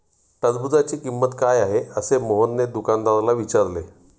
टरबूजाची किंमत काय आहे असे मोहनने दुकानदाराला विचारले?